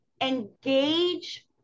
engage